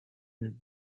him